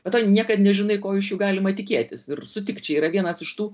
be to niekad nežinai ko iš jų galima tikėtis ir sutik čia yra vienas iš tų